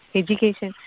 education